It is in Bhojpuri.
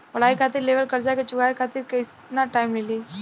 पढ़ाई खातिर लेवल कर्जा के चुकावे खातिर केतना टाइम मिली?